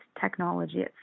technology